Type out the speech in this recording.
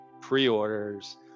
pre-orders